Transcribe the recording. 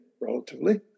relatively